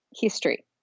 history